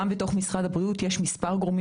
גם בתוך משרד הבריאות יש מספר גורמים